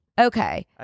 okay